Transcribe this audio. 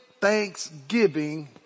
thanksgiving